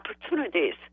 opportunities